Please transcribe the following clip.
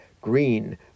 green